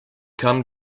come